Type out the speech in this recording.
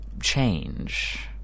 change